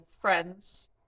friends